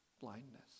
blindness